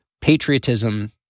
patriotism